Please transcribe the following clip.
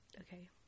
Okay